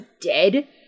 dead